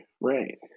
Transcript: Right